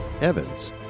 Evans